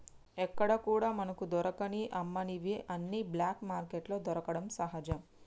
ఎక్కడా కూడా మనకు దొరకని అమ్మనివి అన్ని బ్లాక్ మార్కెట్లో దొరకడం సహజం